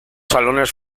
salones